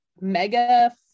mega